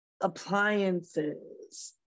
appliances